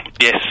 Yes